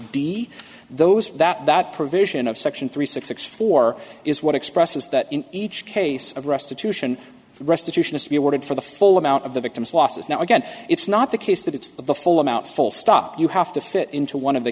d those that that provision of section three six six four is what expresses that in each case of restitution restitution is to be awarded for the full amount of the victim's losses now again it's not the case that it's the full amount full stop you have to fit into one of the